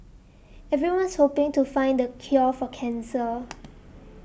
everyone's hoping to find the cure for cancer